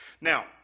Now